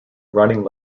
running